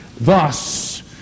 thus